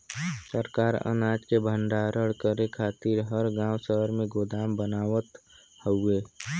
सरकार अनाज के भण्डारण करे खातिर हर गांव शहर में गोदाम बनावत हउवे